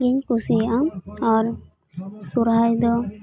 ᱤᱧ ᱠᱩᱥᱤᱭᱟᱜᱼᱟ ᱟᱨ ᱥᱚᱦᱚᱨᱟᱭ ᱫᱚ